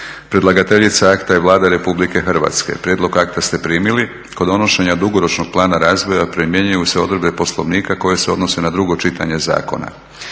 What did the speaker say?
Predlagateljica akta je Vlada Republike Hrvatske. Prijedlog akta ste primili. Kod donošenja dugoročnog plana razvoja primjenjuju se odredbe Poslovnika koje se odnose na drugo čitanje zakona.